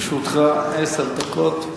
לרשותך עשר דקות.